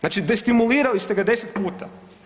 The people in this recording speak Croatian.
Znači destimulirali ste ga 10 puta.